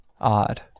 odd